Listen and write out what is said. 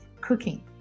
Cooking